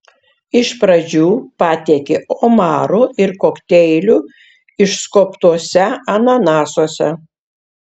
iš pradžių patiekė omarų ir kokteilių išskobtuose ananasuose